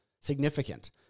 Significant